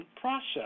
process